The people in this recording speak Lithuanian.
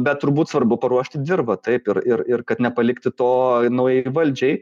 bet turbūt svarbu paruošti dirvą taip ir ir ir kad nepalikti to naujai valdžiai